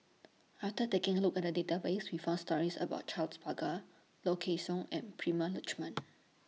after taking A Look At The Database We found stories about Charles Paglar Low Kway Song and Prema Letchumanan